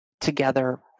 together